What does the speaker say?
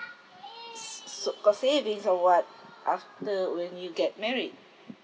s~ s~ got savings or what after when you get married